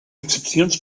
excepcions